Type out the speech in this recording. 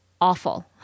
awful